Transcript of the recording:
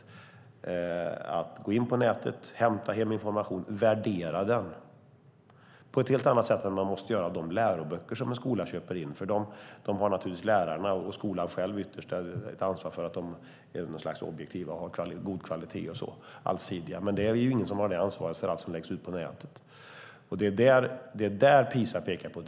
Man kan gå in på nätet, hämta hem information och värdera den på ett helt annat sätt än man måste göra med de läroböcker som en skola köper in, för där har naturligtvis lärarna och skolan själv ytterst ett ansvar för att de är objektiva, allsidiga och av god kvalitet. Men det är ju ingen som har det ansvaret för allt som läggs ut på nätet. Det är det PISA pekar på.